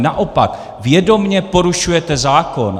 Naopak, vědomě porušujete zákon.